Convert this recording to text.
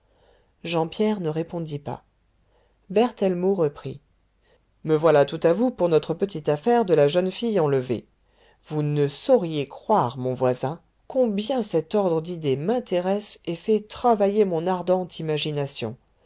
jean pierre ne répondit pas berthellemot reprit me voilà tout à vous pour notre petite affaire de la jeune fille enlevée vous ne sauriez croire mon voisin combien cet ordre d'idées m'intéresse et fait travailler mon ardente imagination